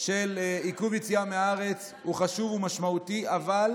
של עיכוב יציאה מהארץ הוא חשוב ומשמעותי, אבל